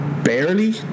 barely